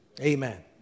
Amen